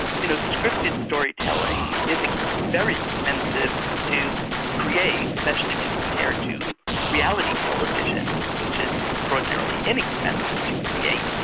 you know, scripted storytelling is very expensive to create, especially when compared to reality television, which is extraordinarily inexpensive to create.